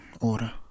order